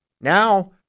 Now